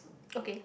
okay